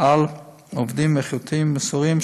על עובדים איכותיים ומסורים,